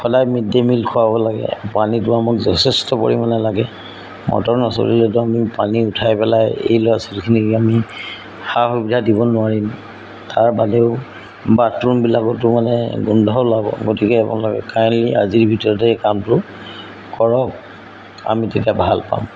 সদায় mid day meal খুৱাব লাগে পানীটো আমাক যথেষ্ট পৰিমাণে লাগে মটৰ নচলিলেতো আমি পানী উঠাই পেলাই এই ল'ৰা ছোৱালীখিনিক আমি সা সুবিধা দিব নোৱাৰিম তাৰ বাদেও বাথৰুমবিলাকতো মানে গোন্ধ ওলাব গতিকে আপোনালোকে কাইণ্ডলি আজিৰ ভিতৰতে কামটো কৰক আমি তেতিয়া ভাল পাম